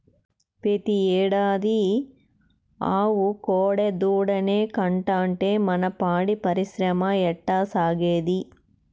పెతీ ఏడాది ఆవు కోడెదూడనే కంటాంటే మన పాడి పరిశ్రమ ఎట్టాసాగేది